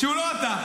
שהוא לא אתה.